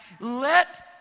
Let